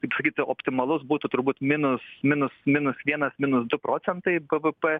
kaip sakyti optimalus būtų turbūt minus minus minus vienas minus du procentai bvp